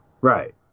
Right